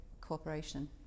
cooperation